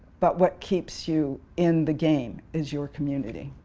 but what keeps you in the game is your community.